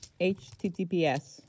HTTPS